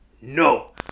No